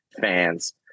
fans